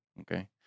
okay